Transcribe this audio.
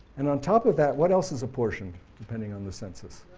and on top of that, what else is apportioned depending on the census?